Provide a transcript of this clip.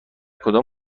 کدام